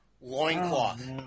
loincloth